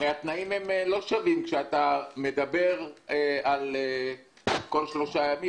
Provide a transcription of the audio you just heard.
כשאתה מדבר על הכפלה כל שלושה ימים,